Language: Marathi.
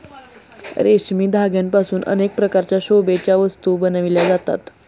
रेशमी धाग्यांपासून अनेक प्रकारच्या शोभेच्या वस्तू बनविल्या जातात